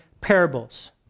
parables